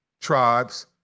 tribes